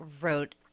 wrote